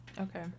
Okay